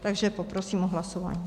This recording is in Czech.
Takže poprosím o hlasování.